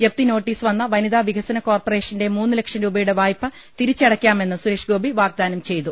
ജപ്തി നോട്ടീസ് വന്ന വനിതാ വികസന കോർപ്പറേഷന്റെ മൂന്ന് ലക്ഷം രൂപയുടെ വായ്പ തിരിച്ചടയ്ക്കാമെന്ന് സുരേഷ്ഗോപി വാഗ്ദാനം ചെയ്തു